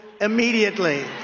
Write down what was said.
immediately